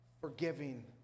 Forgiving